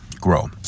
grow